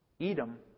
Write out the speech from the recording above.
Edom